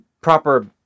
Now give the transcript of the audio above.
proper